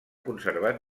conservat